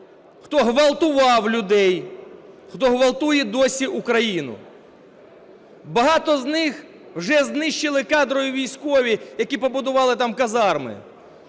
хто ґвалтував людей, хто ґвалтує досі Україну. Багато з них вже знищили кадрові військові, які побудували там казарми.